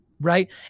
right